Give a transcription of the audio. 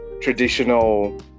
traditional